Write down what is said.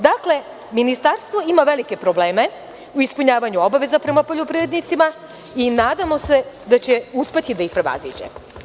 Dakle, ministarstvo ima velike probleme u ispunjavanju obaveza prema poljoprivrednicima i nadamo se da će uspeti da ih prevaziđe.